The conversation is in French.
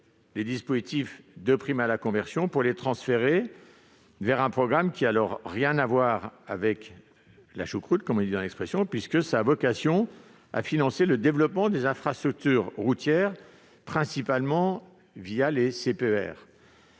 le dispositif de prime à la conversion pour les transférer vers un programme qui « n'a rien à voir avec la choucroute », si vous me permettez cette expression, puisqu'il a vocation à financer le développement des infrastructures routières, principalement les